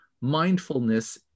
mindfulness